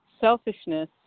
selfishness